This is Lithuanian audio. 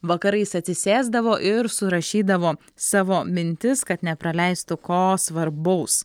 vakarais atsisėsdavo ir surašydavo savo mintis kad nepraleistų ko svarbaus